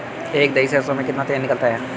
एक दही सरसों में कितना तेल निकलता है?